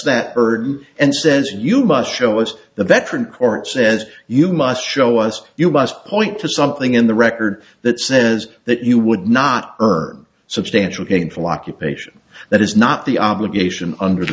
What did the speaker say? that burden and says you must show us the veteran court says you must show us you must point to something in the record that says that you would not earn substantial gainful occupation that is not the obligation under the